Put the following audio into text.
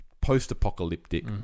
post-apocalyptic